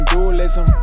Dualism